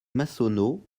massonneau